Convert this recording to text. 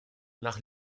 nach